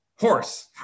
horse